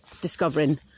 discovering